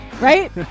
Right